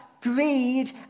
greed